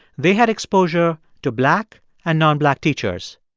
they had exposure to black and nonblack teachers.